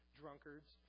drunkards